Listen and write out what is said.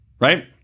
Right